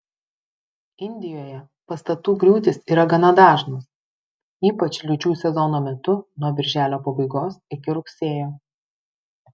indijoje pastatų griūtys yra gana dažnos ypač liūčių sezono metu nuo birželio pabaigos iki rugsėjo